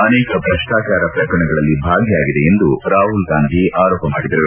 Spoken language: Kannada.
ಅನೇಕ ಭ್ರಷ್ಷಚಾರ ಪ್ರಕರಣಗಳಲ್ಲಿ ಭಾಗಿಯಾಗಿದೆ ಎಂದು ರಾಹುಲ್ ಗಾಂಧಿ ಆರೋಪ ಮಾಡಿದರು